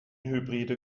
hybride